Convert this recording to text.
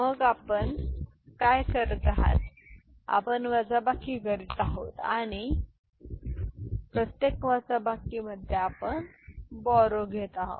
मग आपण काय करत आहात आपण वजाबाकी करीत आहोत आणि प्रत्येक वजाबाकीमध्ये आपण बोरो घेत आहोत